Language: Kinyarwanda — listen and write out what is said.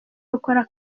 rukora